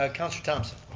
ah counselor thomson.